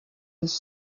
his